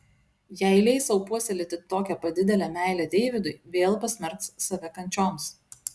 jei leis sau puoselėti tokią pat didelę meilę deividui vėl pasmerks save kančioms